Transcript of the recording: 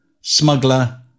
smuggler